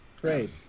Great